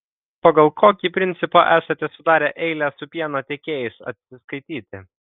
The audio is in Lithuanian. pagal kokį principą esate sudarę eilę su pieno tiekėjais atsiskaityti